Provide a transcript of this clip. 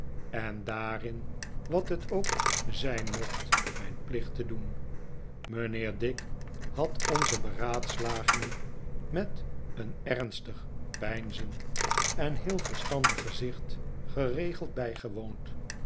en daarin wat het ook zijn mocht mijn plicht te doen mijnheer dick had onze beraadslagingen met een ernstig peinzend en heel verstandig gezicht geregeld bijgewoond